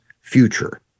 future